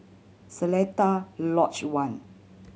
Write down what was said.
Seletar Lodge One